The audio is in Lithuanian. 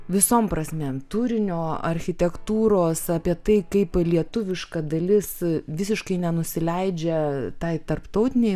visom prasmėm turinio architektūros apie tai kaip lietuviška dalis visiškai nenusileidžia tai tarptautinei